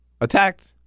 attacked